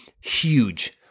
huge